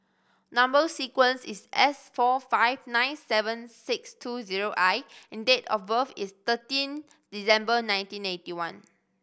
number sequence is S four five nine seven six two zero I and date of birth is thirteen December nineteen eighty one